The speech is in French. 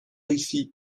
ici